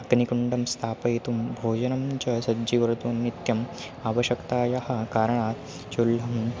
अग्निकुण्डं स्थापयितुं भोजनं च सज्जीकर्तुं नित्यम् आवश्यकतायाः कारणात् चुल्लीं